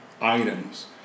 items